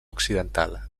occidental